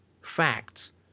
facts